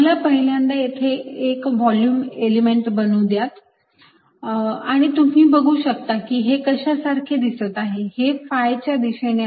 मला पहिल्यांदा येथे एक व्हॉल्युम एलिमेंट बनवूद्यात आणि तुम्ही बघू शकता की हे कशासारखे दिसत आहे हे phi च्या दिशेने असेल